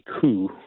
coup